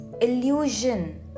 illusion